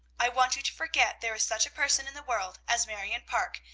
i want you to forget there is such a person in the world as marion parke,